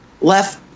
left